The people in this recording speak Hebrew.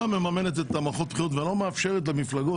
מממנת את מערכות הבחירות ולא מאפשרת למפלגות,